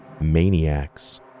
maniacs